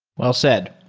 well said.